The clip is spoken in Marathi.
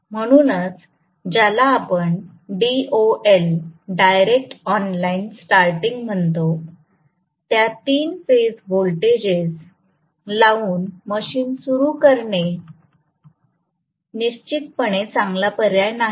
म्हणूनच ज्याला आपण DOL डायरेक्ट ऑनलाईन स्टारटिंग म्हणतो त्या तीन फेज व्होल्टेजेस लावून मशीन सुरू करणे निश्चितपणे चांगला पर्याय नाही